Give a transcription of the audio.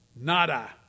nada